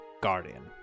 guardian